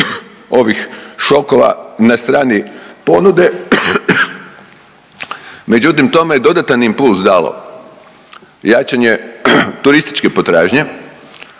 ovih šokova na strani ponude, međutim tome je dodatan impuls dalo jačanje turističke potražnje